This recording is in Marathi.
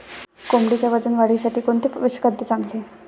कोंबडीच्या वजन वाढीसाठी कोणते पशुखाद्य चांगले?